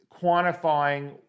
quantifying